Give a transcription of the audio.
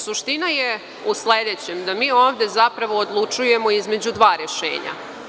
Suština je u sledećem, da mi ovde zapravo odlučujemo između dva rešenja.